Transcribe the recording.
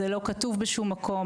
זה לא כתוב בשום מקום.